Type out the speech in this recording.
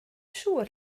siŵr